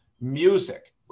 music